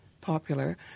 popular